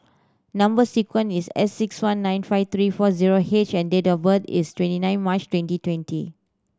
number sequence is S six one nine five three four zero H and date of birth is twenty nine March twenty twenty